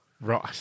Right